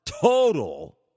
total